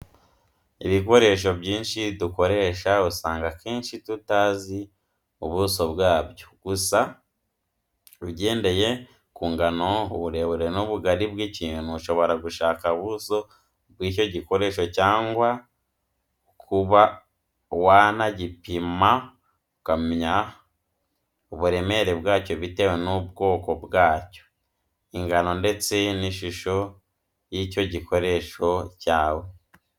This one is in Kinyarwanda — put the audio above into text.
Ibikoresho byinshi dukoresha usanga kenshi tutazi ubuso bwabyo, gusa ugendeye ku ngano, uburebure n'ubugari bw'ikintu ushobora gushaka ubuso bw'icyo gikoresho cyangwa ukuba wanagipima ukamenya uburemere bwacyo bitewe n'ubwoko bwacyo, ingano ndetse n'ishusho y'icyo gikoresho cyawe.